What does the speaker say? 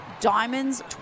Diamonds